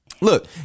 look